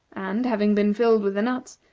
and, having been filled with the nuts,